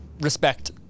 respect